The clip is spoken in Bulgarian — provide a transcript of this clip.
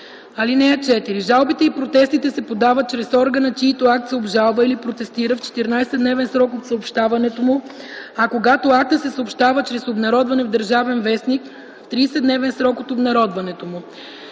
„(4) Жалбите и протестите се подават чрез органа, чийто акт се обжалва или протестира, в 14-дневен срок от съобщаването му, а когато актът се съобщава чрез обнародване в „Държавен вестник” – в 30-дневен срок от обнародването му.